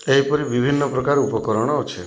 ଏହିପରି ବିଭିନ୍ନ ପ୍ରକାର ଉପକରଣ ଅଛେ